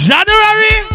January